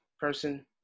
person